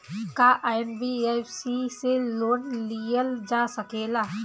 का एन.बी.एफ.सी से लोन लियल जा सकेला?